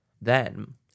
Then